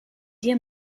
dir